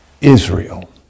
Israel